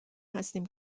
هستیم